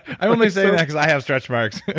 i only say that because i have stretch marks!